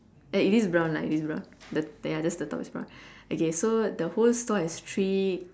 ya it is brown lah it is brown the ya just the top is brown okay so the whole store is three